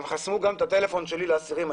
הם חסמו גם את הטלפון שלי לאסירים.